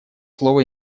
слово